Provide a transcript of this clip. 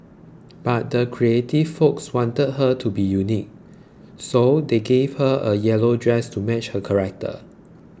but the creative folks wanted her to be unique so they gave her a yellow dress to match her character